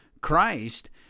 Christ